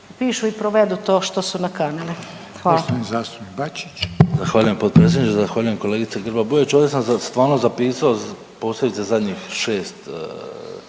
pišu i provedu to što su nakanili. Hvala.